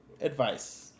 advice